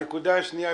הנקודה השנייה,